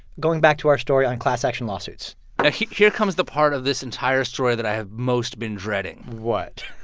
going back to our story on class action lawsuits now here comes the part of this entire story that i have most been dreading what?